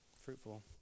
fruitful